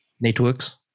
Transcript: networks